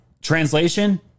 Translation